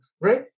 right